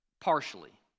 partially